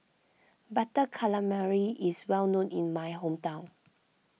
Butter Calamari is well known in my hometown